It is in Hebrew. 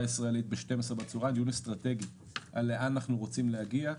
הישראלית היום ב-12:00 בצוהוריים בנושא לאן אנחנו רוצים להגיע.